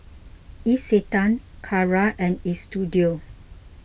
Isetan Kara and Istudio